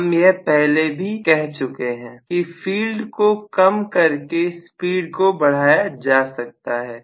हम यह पहले भी कह चुके हैं कि फील्ड को कम करके स्पीड को बढ़ाया जा सकता है